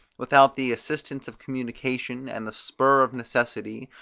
without the assistance of communication, and the spur of necessity,